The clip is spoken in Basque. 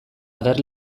ager